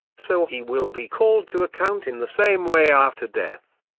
so he will be called to account in the same way after death.